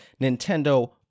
Nintendo